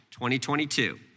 2022